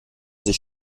sich